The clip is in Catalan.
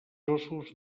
ossos